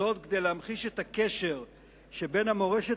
זאת כדי להמחיש את הקשר שבין המורשת